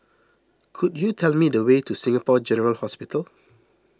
could you tell me the way to Singapore General Hospital